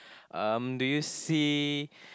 um do you see